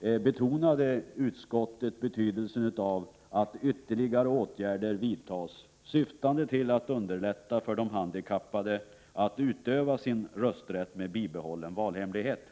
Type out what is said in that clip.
betonade utskottet betydelsen av att ytterligare åtgärder vidtas, syftande till att underlätta för de handikappade att utöva sin rösträtt med bibehållen valhemlighet.